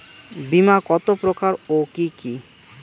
বীমা কত প্রকার ও কি কি?